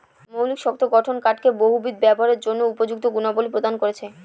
মৌলিক শক্ত গঠন কাঠকে বহুবিধ ব্যবহারের জন্য উপযুক্ত গুণাবলী প্রদান করেছে